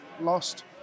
lost